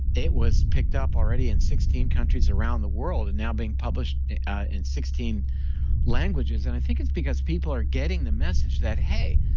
it was picked up already in sixteen countries around the world and now being published ah in sixteen languages, and i think it's because people are getting the message that, hey,